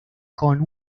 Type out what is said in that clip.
con